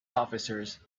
officers